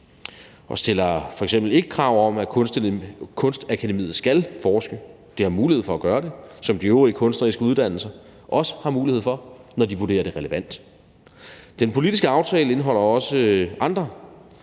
og stiller f.eks. ikke krav om, at Kunstakademiet skal forske; det har mulighed for at gøre det, ligesom de øvrige kunstneriske uddannelser også har mulighed for det, når de vurderer det relevant. Den politiske aftale indeholder også andre